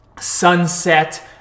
sunset